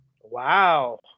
wow